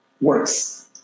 works